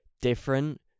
different